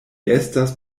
estas